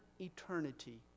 eternity